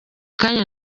kanya